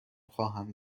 خواهم